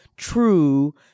true